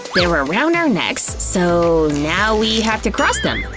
they're around our necks, so now we have to cross them.